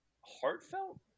heartfelt